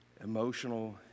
emotional